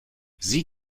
sie